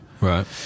Right